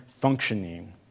functioning